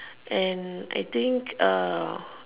and I think uh